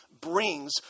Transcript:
brings